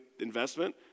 investment